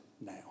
now